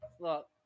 Look